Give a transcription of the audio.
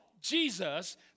Jesus